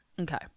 Okay